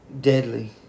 deadly